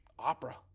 Opera